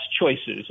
choices